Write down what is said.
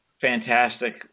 fantastic